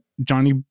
Johnny